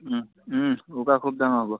উৰুকা খুব ডাঙৰ হ'ব